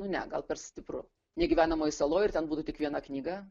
nu ne gal per stipru negyvenamoj saloj ir ten būtų tik viena knyga